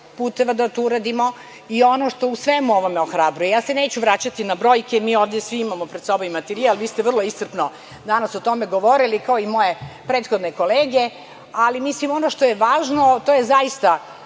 puteva da to uradimo. Ono što u svemu ovome ohrabruje, ja se neću vraćati na brojke, mi svi ovde imamo pred sobom materijal, vi ste vrlo iscrpno danas o tome govorili, kao i moje prethodne kolege, ali ono što je važno, to je zaista